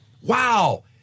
Wow